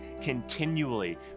continually